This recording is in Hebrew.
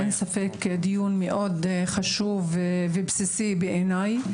אין ספק דיון מאוד חשוב ובסיסי בעיניי.